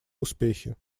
успехи